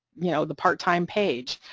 you know, the part-time page,